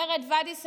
מרד ואדי סאליב,